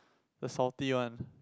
the salty one